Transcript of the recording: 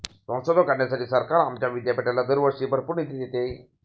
संशोधन करण्यासाठी सरकार आमच्या विद्यापीठाला दरवर्षी भरपूर निधी देते